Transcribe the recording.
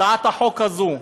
הצעת החוק הזאת,